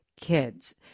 kids